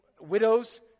widows